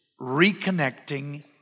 reconnecting